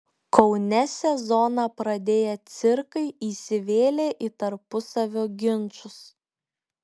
kaune sezoną pradėję cirkai įsivėlė į tarpusavio ginčus